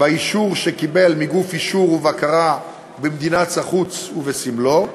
באישור שקיבל מגוף אישור ובקרה במדינת החוץ ובסמלו,